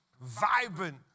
vibrant